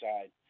side